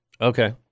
okay